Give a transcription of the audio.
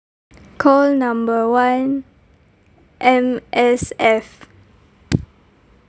call number one M_S_F